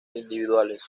individuales